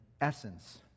essence